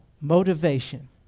motivation